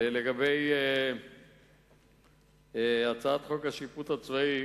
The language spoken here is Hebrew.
לגבי הצעת חוק השיפוט הצבאי